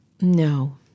No